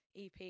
EP